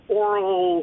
oral